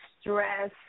stress